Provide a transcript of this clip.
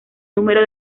número